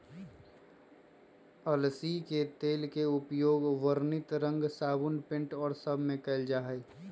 अलसी के तेल के उपयोग वर्णित रंग साबुन पेंट और सब में कइल जाहई